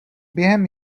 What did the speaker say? během